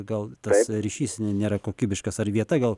gal tas ryšys nėra kokybiškas ar vieta gal